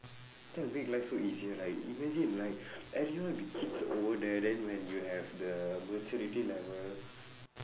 that will make life so easier right imagine like everyone will be kids over there then when you have the maturity level